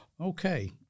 Okay